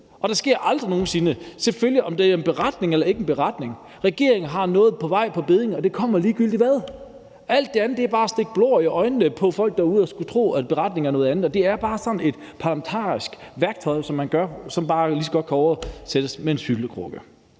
og det sker aldrig nogen sinde. Om der er en beretning eller ikke en beretning, har regeringen noget på vej, noget på bedding, og det kommer ligegyldigt hvad. Alt det andet er bare at stikke blår i øjnene på folk derude – at skulle tro, at en beretning er noget andet, men det er bare sådan et parlamentarisk værktøj, som man bruger, og som lige så godt bare kan oversættes til en syltekrukke.